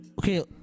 okay